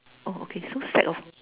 oh okay so sack of